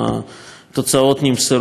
התוצאות נמסרו מהר מאוד.